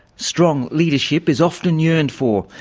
strong leadership is often yearned for,